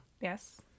Yes